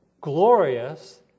glorious